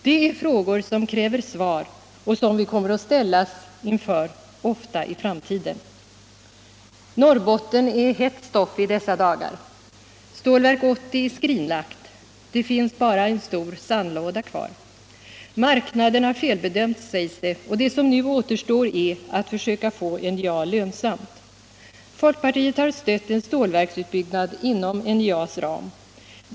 Det är frågor som kräver svar och som vi ofta kommer att ställas inför i framtiden. Norrbotten är hett stoff i dessa dagar. Stålverk 80 är skrinlagt. Det finns bara en stor sandlåda kvar, Marknaden har felbedömts, sägs det, och det som nu återstår är att försöka få NJA lönsamt. Folkpartiet har stött en stålverksutbyggnad inom NJA:s ram.